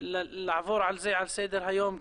לעבור על זה על סדר היום.